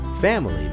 family